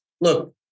Look